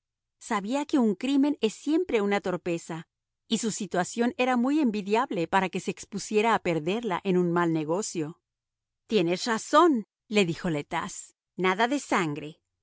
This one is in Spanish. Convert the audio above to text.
sabía que un crimen es siempre una torpeza y su situación era muy envidiable para que se expusiera a perderla en un mal negocio tienes razón le dijo le tas nada de sangre